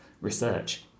research